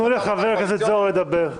תנו לחבר הכנסת זוהר לדבר.